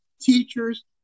teachers